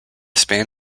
span